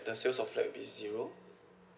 the sale of flat will be zero